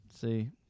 See